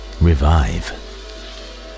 revive